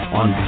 on